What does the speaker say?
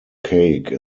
cake